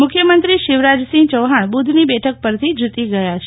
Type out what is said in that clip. મુખ્યમંત્રી શિવરાજ યૌફાણ બુધની બેઠક પરથી જીતી ગયા છે